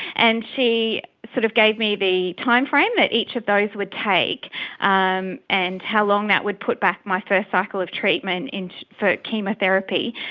and she sort of gave me the timeframe that each of those would take um and how long that would put back my first cycle of treatment and for chemotherapy.